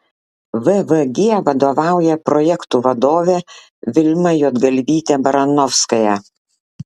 vvg vadovauja projektų vadovė vilma juodgalvytė baranovskaja